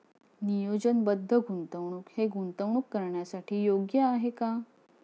नियोजनबद्ध गुंतवणूक हे गुंतवणूक करण्यासाठी योग्य आहे का?